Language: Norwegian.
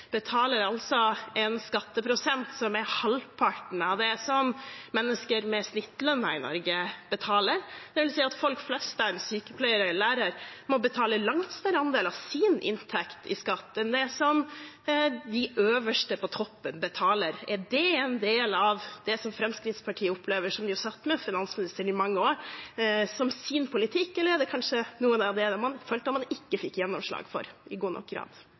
betaler en skatteprosent som er halvparten av det som mennesker med snittlønn i Norge betaler – det vil si at folk flest, en sykepleier eller en lærer, må betale en langt større andel av sin inntekt i skatt enn det som de øverste, de på toppen, betaler. Er det en del av det som Fremskrittspartiet, som jo satt med finansministeren i mange år, opplever som sin politikk, eller er det kanskje noe av det man følte at man ikke fikk gjennomslag for i stor nok grad?